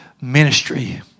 ministry